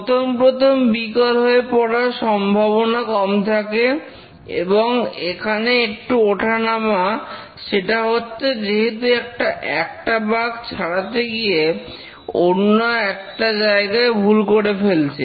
প্রথম প্রথম বিকল হয়ে পড়ার সম্ভাবনা কম থাকে এবং এখানে একটু ওঠা নামা সেটা হচ্ছে যেহেতু একটা বাগ ছাড়াতে গিয়ে অন্য একটা জায়গায় ভুল করে ফেলছে